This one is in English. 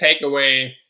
takeaway